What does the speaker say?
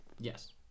Yes